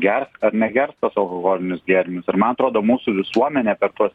gers ar negers tuos alhoholinius gėrimus ir man atrodo mūsų visuomenė per tuos